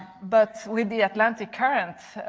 but with the atlantic current,